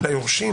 ליורשים.